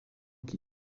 qui